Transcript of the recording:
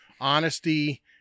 honesty